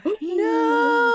no